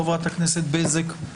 חברת הכנסת בזק,